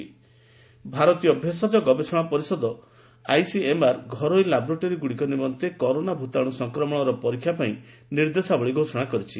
ICMR Covid ଭାରତୀୟ ଭେଷଜ ଗବେଷଣା ପରିଷଦ ଆଇସିଏମ୍ଆର୍ ଘରୋଇ ଲାବୋରେଟୋରୀଗୁଡ଼ିକ ନିମନ୍ତେ କରୋନା ଭୂତାଣୁ ସଂକ୍ରମଣର ପରୀକ୍ଷା ପାଇଁ ନିର୍ଦ୍ଦେଶାବଳୀ ଘୋଷଣା କରିଛି